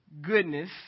goodness